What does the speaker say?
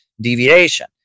deviation